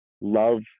love